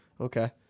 Okay